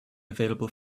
available